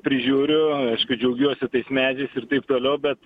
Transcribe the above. prižiūriu aišku džiaugiuosi tais medžiais ir taip toliau bet